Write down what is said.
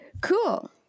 Cool